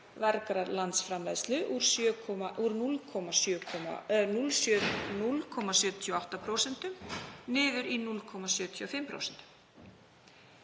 vergrar landsframleiðslu úr 0,78% niður í 0,75%.